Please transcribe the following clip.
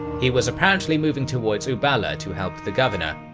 he was apparently moving towards uballa to help the governor,